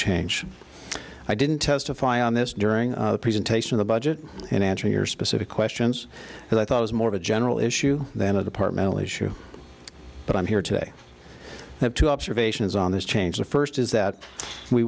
change i didn't testify on this during the presentation of the budget and answer your specific questions that i thought was more of a general issue than a departmental issue but i'm here today i have two observations on this change the first is that we